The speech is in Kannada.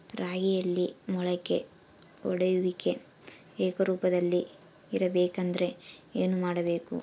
ರಾಗಿಯಲ್ಲಿ ಮೊಳಕೆ ಒಡೆಯುವಿಕೆ ಏಕರೂಪದಲ್ಲಿ ಇರಬೇಕೆಂದರೆ ಏನು ಮಾಡಬೇಕು?